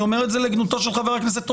אני אומר את זה לגנותו של חבר הכנסת רוטמן.